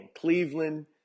Cleveland